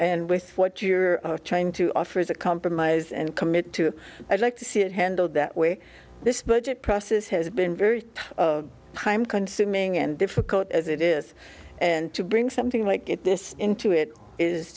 and with what you're trying to offer as a compromise and commit to i'd like to see it handled that way this budget process has been very consuming and difficult as it is and to bring something like this into it is